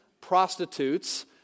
prostitutes